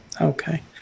Okay